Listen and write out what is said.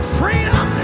freedom